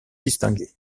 distingué